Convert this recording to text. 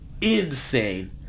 insane